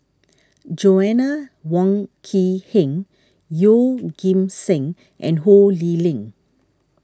Joanna Wong Quee Heng Yeoh Ghim Seng and Ho Lee Ling